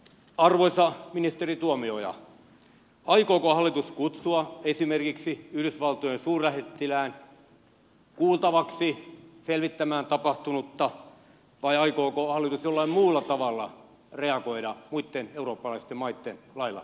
arvoisa ministeri tuomioja aikooko hallitus kutsua esimerkiksi yhdysvaltojen suurlähettilään kuultavaksi selvittämään tapahtunutta vai aikooko hallitus jollain muulla tavalla reagoida muitten eurooppalaisten maitten lailla tähän tilanteeseen